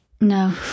No